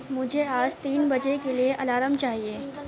مجھے آج تین بجے کے لیے الارم چاہیے